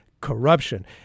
corruption